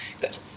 good